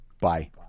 Bye